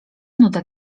nuda